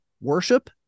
worship